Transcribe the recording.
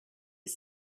was